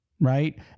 right